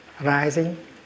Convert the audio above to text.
rising